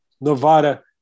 Nevada